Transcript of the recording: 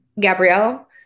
Gabrielle